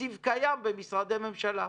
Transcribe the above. תקציב קיים במשרדי הממשלה.